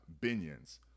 Binions